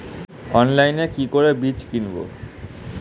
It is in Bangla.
অনলাইনে কি করে বীজ কিনব?